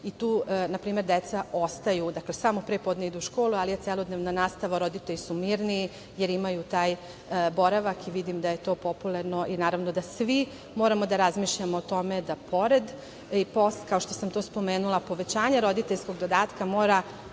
i tu, na primer, deca ostaju. Dakle, samo pre podne idu u školu, ali je celodnevna nastava, roditelji su mirni jer imaju taj boravak. Vidim da je to popularno i naravno da svi moramo da razmišljamo o tome da pored povećanja roditeljskog dodatka,